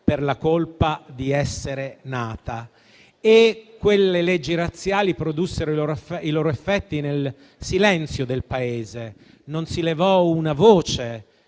per la colpa di essere nata. Quelle leggi razziali produssero i loro effetti nel silenzio del Paese. Non si levò una voce